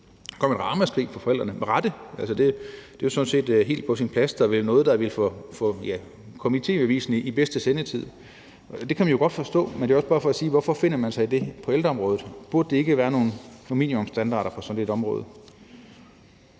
der lyde et ramaskrig fra forældrene, med rette. Det er sådan set helt på sin plads. Det er vel noget, der vil komme i tv-avisen i den bedste sendetid. Det kan man jo godt forstå. Men det er også bare for at sige: Hvorfor finder man sig i det på ældreområdet? Burde der ikke være nogle minimumsstandarder på sådan et område?